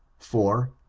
for,